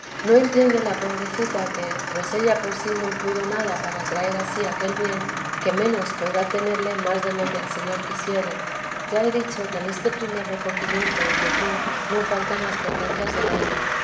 no entiende la tebesa de jesús j pobrecita que pues ella por sí no pudo nada para traer a sí aquel bien que menos podrá tenerle más de lo que el señor quisiere ya he dicho que en este primer recogimiento y quietud no faltan las potencias deí alma